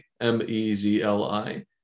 M-E-Z-L-I